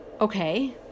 Okay